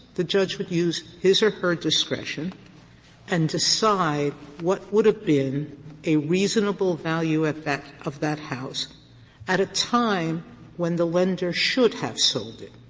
the judge would use his or her discretion and decide what would have been a reasonable value at that of that house at a time when the lender should have sold it.